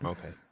Okay